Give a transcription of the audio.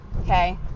okay